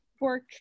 work